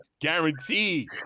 guaranteed